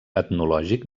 etnològic